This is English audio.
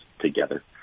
together